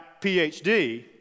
PhD